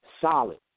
solid